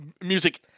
Music